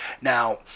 Now